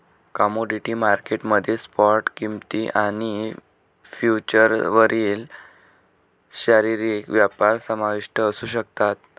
commodity market मध्ये spot किंमती आणि फ्युचर्सवरील शारीरिक व्यापार समाविष्ट असू शकतात